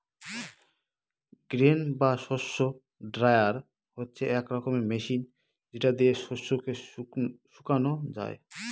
grain বা শস্য dryer হচ্ছে এক রকমের মেশিন যেটা দিয়ে শস্যকে শুকানো যায়